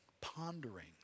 pondering